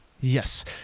Yes